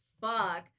fuck